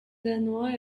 danois